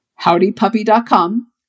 Howdypuppy.com